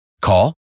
Call